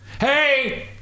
Hey